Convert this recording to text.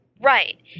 right